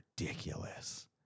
ridiculous